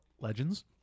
Legends